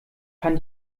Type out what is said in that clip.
kann